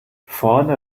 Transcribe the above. vorne